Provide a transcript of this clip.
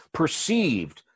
perceived